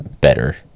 better